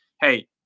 hey